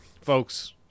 folks